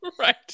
right